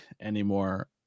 anymore